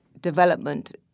development